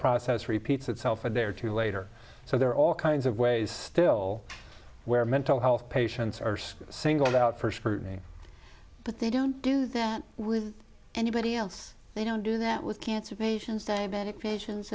process repeats itself a day or two later so there are all kinds of ways still where mental health patients are singled out for scrutiny but they don't do that with anybody else they don't do that with cancer patients diabetic patients